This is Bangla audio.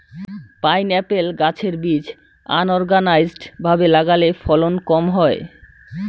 পাইনএপ্পল গাছের বীজ আনোরগানাইজ্ড ভাবে লাগালে ফলন কম হয়